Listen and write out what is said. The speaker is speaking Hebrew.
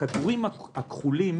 הכדורים הכחולים